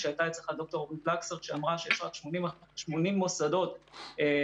כשהייתה אצלך ד"ר אירית לקסר שאמרה שיש לה 80 מוסדות שנדבקו,